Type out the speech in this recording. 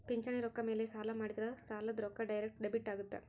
ಪಿಂಚಣಿ ರೊಕ್ಕ ಮೇಲೆ ಸಾಲ ಮಾಡಿದ್ರಾ ಸಾಲದ ರೊಕ್ಕ ಡೈರೆಕ್ಟ್ ಡೆಬಿಟ್ ಅಗುತ್ತ